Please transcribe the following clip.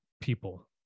people